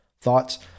Thoughts